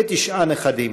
ותשעה נכדים.